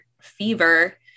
fever